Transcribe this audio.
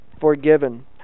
forgiven